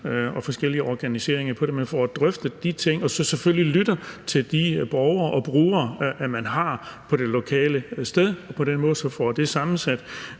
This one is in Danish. og forskellige organiseringer, så man får drøftet de ting og selvfølgelig lytter til de borgere og brugere, man har det lokale sted, og på den måde får det sammensat.